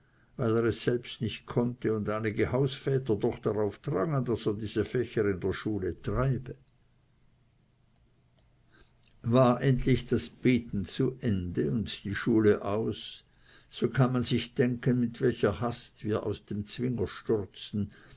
weil er es selbsten nicht konnte und einige hausväter doch darauf drangen daß er diese fächer in der schule treibe war endlich das beten zu ende und die schule aus so kann man sich denken mit welcher hast wir aus dem zwinger stürzten